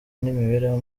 n’imibereho